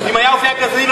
אתה לא מתבייש?